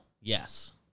Yes